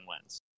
wins